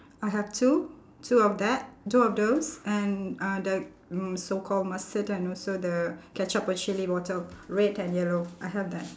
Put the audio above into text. I have two two of that two of those and uh the mm so called mustard and also the ketchup or chilli bottle red and yellow I have that